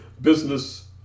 business